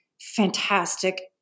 fantastic